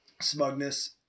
Smugness